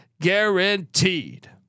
guaranteed